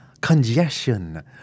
congestion